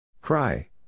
Cry